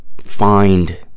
find